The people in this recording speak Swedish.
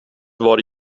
vad